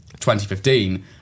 2015